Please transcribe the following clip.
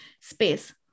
space